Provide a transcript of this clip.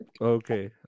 okay